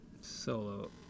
Solo